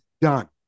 done